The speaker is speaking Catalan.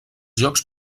jocs